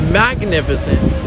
magnificent